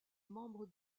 membre